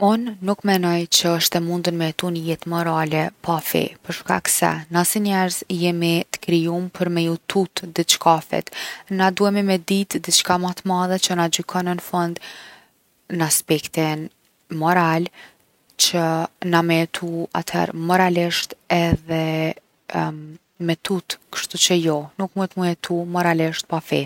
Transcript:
Unë nuk menoj që osht e mundun me jetu ni jetë morale pa fe për shkak se na si njerz jemi t’krijum për me ju tut diçkafit. Na duhemi me dit’ diçka ma t’madhe që na gjykon n’fund n’aspektin moral, që na me jetu atëher’ moralisht edhe me tut. Kshtuqe jo, nuk munet m’u jetu moralisht pa fe.